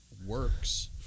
works